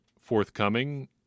forthcoming